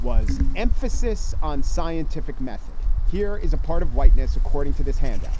was emphasis on scientific method. here is a part of whiteness, according to this handout,